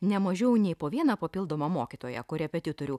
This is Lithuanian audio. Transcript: ne mažiau nei po vieną papildomą mokytoją korepetitorių